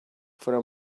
for